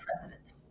president